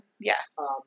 Yes